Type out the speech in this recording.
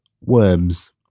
worms